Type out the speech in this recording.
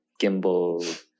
gimbal